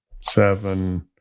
seven